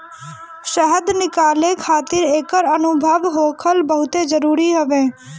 शहद निकाले खातिर एकर अनुभव होखल बहुते जरुरी हवे